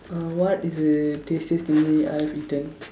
uh what is the tastiest I have eaten